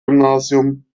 gymnasium